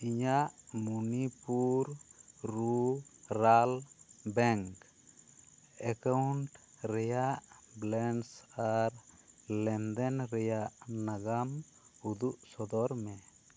ᱤᱧᱟᱹᱜ Manipur rural bank account ᱨᱮᱭᱟᱜ balance ᱟᱨ ᱞᱮᱱᱫᱮᱱ ᱨᱮᱭᱟᱜ ᱱᱟᱜᱟᱢ ᱩᱫᱩᱜ ᱥᱚᱫᱚᱨ ᱢᱮ